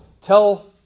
tell